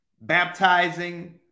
baptizing